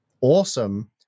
awesome